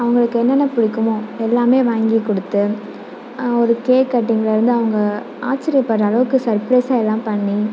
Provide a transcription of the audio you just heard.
அவங்களுக்கு என்னென்ன பிடிக்குமோ எல்லாமே வாங்கிக் கொடுத்து ஒரு கேக் கட்டிங்கில் இருந்து அவங்க ஆச்சிரியப்படுற அளவுக்கு சர்பிரைஸாக எல்லாம் பண்ணி